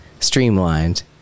streamlined